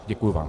Děkuji vám.